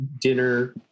dinner